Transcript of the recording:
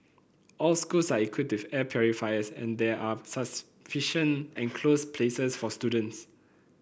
all schools are equipped with air purifiers and there are sufficient enclosed places for students